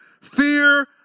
fear